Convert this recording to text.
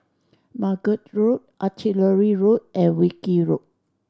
Margate Road Artillery Road and Wilkie Road